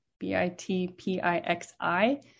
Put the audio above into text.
b-i-t-p-i-x-i